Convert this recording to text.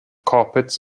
carpets